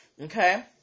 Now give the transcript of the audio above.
Okay